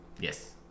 Yes